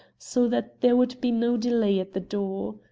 so that there would be no delay at the door.